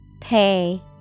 Pay